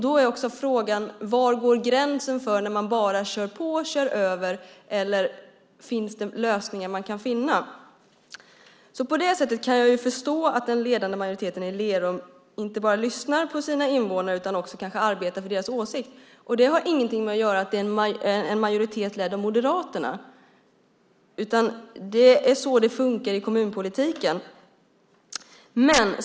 Då är också frågan: Var går gränsen för när man bara kör på och kör över, eller kan man finna lösningar? På det sättet kan jag förstå att den ledande majoriteten i Lerum inte bara lyssnar på sina invånare utan kanske också arbetar för deras åsikt. Det har ingenting att göra med att det är en majoritet ledd av Moderaterna, utan det är så det fungerar i kommunpolitiken.